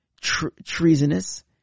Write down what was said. treasonous